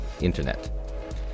Internet